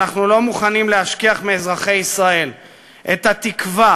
אנחנו לא מוכנים להשכיח מאזרחי ישראל את התקווה